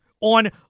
on